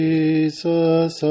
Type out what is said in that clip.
Jesus